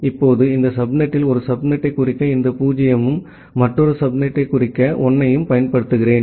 இப்போது இந்த சப்நெட்டில் ஒரு சப்நெட்டைக் குறிக்க இந்த 0 ஐயும் மற்றொரு சப்நெட்டைக் குறிக்க இந்த 1 ஐயும் பயன்படுத்துகிறேன்